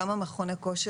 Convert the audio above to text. כמה מכוני כושר,